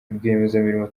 rwiyemezamirimo